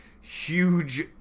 huge